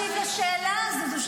שאלה מצוינת.